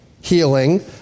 healing